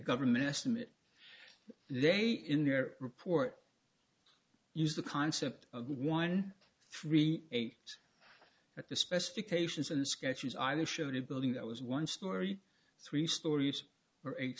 government estimate they in their report use the concept of one three eight at the specifications and sketches either showed a building that was one story three stories or eight